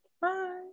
Bye